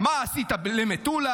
מה עשית למטולה?